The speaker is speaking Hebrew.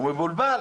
הוא מבולבל.